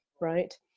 Right